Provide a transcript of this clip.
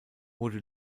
wurde